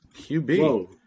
QB